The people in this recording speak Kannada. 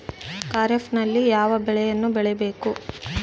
ಖಾರೇಫ್ ನಲ್ಲಿ ಯಾವ ಬೆಳೆಗಳನ್ನು ಬೆಳಿಬೇಕು?